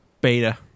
Beta